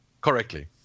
correctly